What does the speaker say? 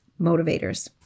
motivators